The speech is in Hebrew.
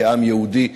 כעם היהודי,